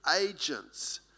agents